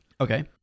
Okay